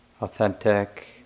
authentic